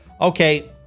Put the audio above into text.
Okay